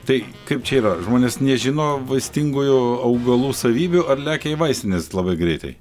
tai kaip čia yra žmonės nežino vaistingųjų augalų savybių ar lekia į vaistines labai greitai